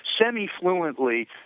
semi-fluently